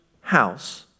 house